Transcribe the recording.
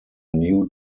new